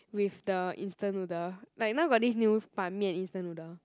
with the instant noodle like now got this new Ban-Mian instant noodle